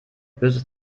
böses